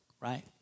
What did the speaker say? right